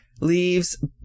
leaves